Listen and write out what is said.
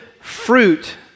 fruit